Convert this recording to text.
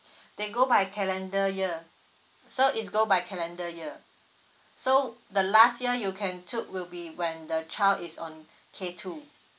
they go by calendar year so it's go by calendar year so the last year you can took will be when the child is on K two